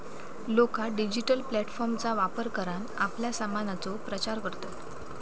लोका डिजिटल प्लॅटफॉर्मचा वापर करान आपल्या सामानाचो प्रचार करतत